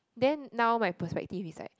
then now my perspective it's like